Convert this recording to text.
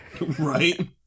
Right